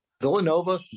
Villanova